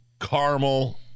caramel